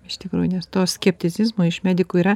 iš tikrųjų nes to skepticizmo iš medikų yra